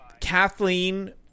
Kathleen